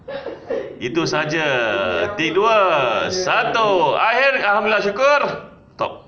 itu sahaja ti~ dua satu akhir alhamdulillah syukur stop